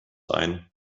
ein